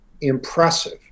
impressive